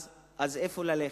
אז לאן ללכת?